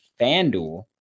FanDuel